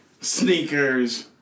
sneakers